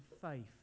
faith